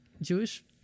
Jewish